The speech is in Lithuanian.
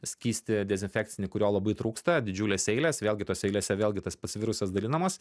skystį dezinfekcinį kurio labai trūksta didžiulės eilės vėlgi tose eilėse vėlgi tas pats virusas dalinamas